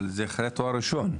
אבל זה אחרי תואר ראשון.